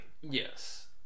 Yes